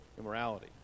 immorality